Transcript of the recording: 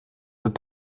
peut